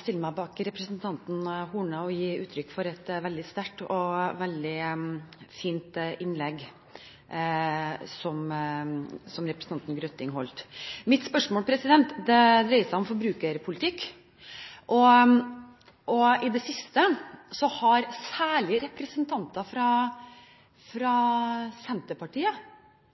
stille meg bak representanten Horne og gi uttrykk for at det var et veldig sterkt og veldig fint innlegg som representanten Grøtting holdt. Mitt spørsmål dreier seg om forbrukerpolitikk. I det siste har særlig representanter fra Senterpartiet